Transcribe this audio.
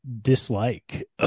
dislike